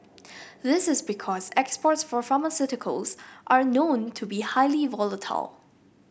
this is because exports for pharmaceuticals are known to be highly volatile